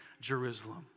Jerusalem